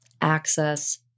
access